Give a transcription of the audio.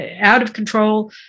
out-of-control